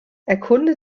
erkunde